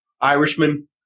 Irishman